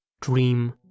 dream